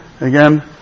again